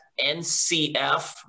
NCF